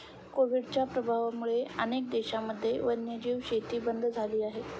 कोविडच्या प्रभावामुळे अनेक देशांमध्ये वन्यजीव शेती बंद झाली आहे